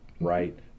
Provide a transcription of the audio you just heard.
right